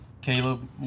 Caleb